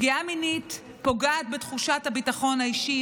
פגיעה מינית פוגעת בתחושת הביטחון האישי,